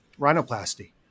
rhinoplasty